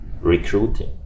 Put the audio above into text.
recruiting